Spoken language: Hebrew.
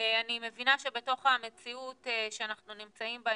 אני מבינה שבתוך המציאות שאנחנו נמצאים בה,